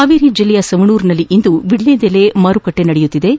ಹಾವೇರಿ ಜಿಲ್ಲೆಯ ಸವಣೂರಿನಲ್ಲಿ ಇಂದು ವಿಳ್ಳಿದೆಲೆ ಮಾರುಕಟ್ಟೆ ನಡೆಯುತ್ತಿದ್ದು